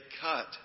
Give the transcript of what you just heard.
cut